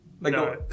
no